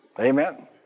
Amen